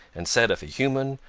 and said if a human,